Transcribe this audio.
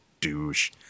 douche